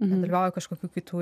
nedalyvauju kažkokių kitų